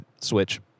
Switch